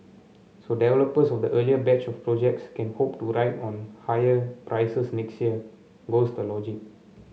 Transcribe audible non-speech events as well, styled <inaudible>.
so developers of the earlier batch of projects can hope to <unintelligible> on higher prices next year goes the logic